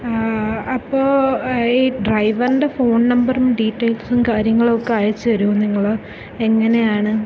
അപ്പോൾ ഈ ഡ്രൈവറിൻ്റെ ഫോൺ നമ്പറും ഡീറ്റൈൽസും കാര്യങ്ങളൊക്കെ അയച്ചുതരുമോ നിങ്ങൾ എങ്ങനെയാണ്